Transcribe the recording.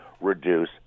Reduce